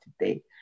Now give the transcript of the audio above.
today